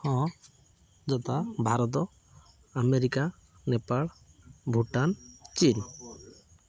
ହଁ ଯଥା ଭାରତ ଆମେରିକା ନେପାଳ ଭୁଟାନ ଚୀନ